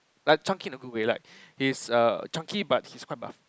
like chunky in a good way like he's err chunky but he's quite buff